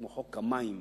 כמו חוק המים,